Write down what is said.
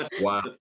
Wow